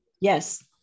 Yes